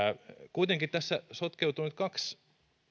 kuitenkin tässä sotkeutuu nyt kaksi